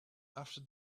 after